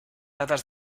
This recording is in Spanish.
dadas